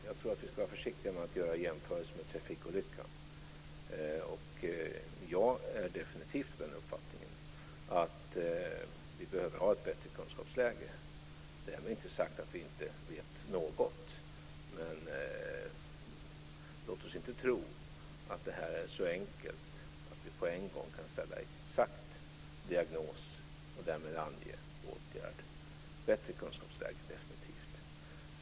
Fru talman! Vi ska vara försiktiga med att göra jämförelser med trafikolyckor. Jag är definitivt av den uppfattningen att vi behöver ha ett bättre kunskapsläge. Därmed inte sagt att vi inte vet något, men låt oss inte tro att det här är så enkelt att vi på en gång kan ställa en exakt diagnos och därmed ange åtgärder. Bättre kunskapsläge behövs definitivt.